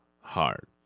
hard